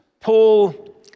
Paul